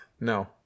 No